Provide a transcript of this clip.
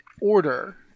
order